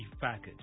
package